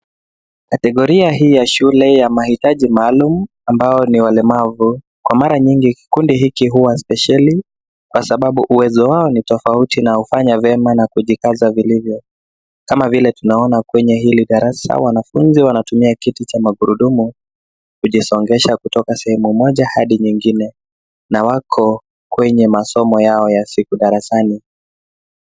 Kategoria hii ya shule ya mahitaji maalum ambao ni walemavu. Kwa mara nyingi, kikundi hili huwa spesheli kwa sababu uwezo wao ni tofauti na hufanya vyema na kujikaza vilivyo. Kama vile tunaona kwenye hili darasa, wanafunzi wanatumia kiti cha magurudumu kujisongesha kutoka sehemu moja hadi nyingine na wako kwenye masomo yao ya siku darasani.